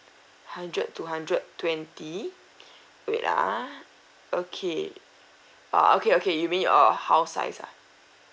hundred to hundred twenty wait ah okay uh okay okay you mean your house size ah